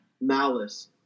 malice